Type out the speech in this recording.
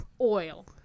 oil